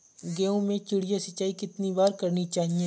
गेहूँ में चिड़िया सिंचाई कितनी बार करनी चाहिए?